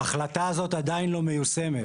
לא ההחלטה עדיין אל מיושמת.